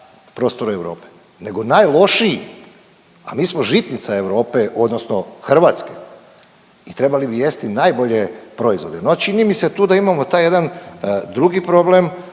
prostoru Europe, nego najlošiji, a mi smo žitnica Europe, odnosno Hrvatske i trebali bi jesti najbolje proizvode, no čini mi se tu da imamo taj jedan drugi problem,